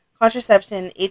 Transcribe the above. contraception